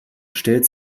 stellt